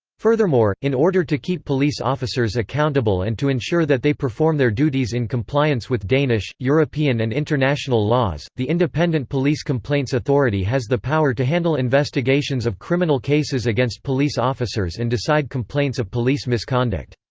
furthermore, in order to keep police officers accountable and to ensure that they perform their duties in compliance compliance with danish, european and international laws, the independent police complaints authority has the power to handle investigations of criminal cases against police officers and decide complaints of police misconduct.